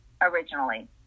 originally